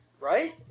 right